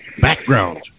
background